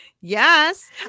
Yes